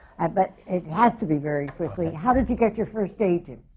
and but it has to be very quickly. how did you get your first agent?